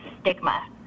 stigma